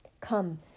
Come